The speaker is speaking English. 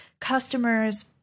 customers